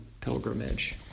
pilgrimage